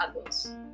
others